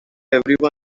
everyone